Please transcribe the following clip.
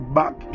back